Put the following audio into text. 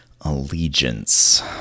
Allegiance